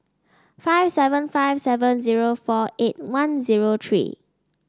five seven five seven zero four eight one zero three